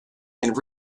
and